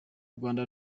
rwanda